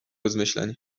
rozmyślań